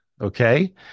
Okay